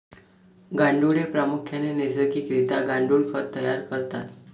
गांडुळे प्रामुख्याने नैसर्गिक रित्या गांडुळ खत तयार करतात